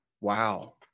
Wow